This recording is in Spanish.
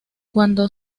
cuando